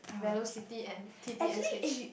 Velocity and T_T_S_H